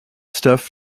stuff